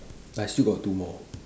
I still got two more